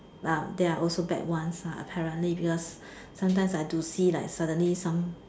ah there are also bad ones uh apparently because sometimes I do see like suddenly some